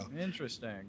interesting